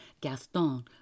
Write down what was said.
Gaston